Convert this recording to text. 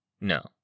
No